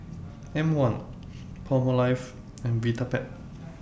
M one Palmolive and Vitapet